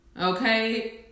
okay